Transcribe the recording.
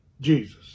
Jesus